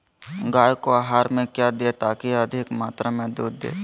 गाय को आहार में क्या दे ताकि अधिक मात्रा मे दूध दे?